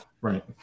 right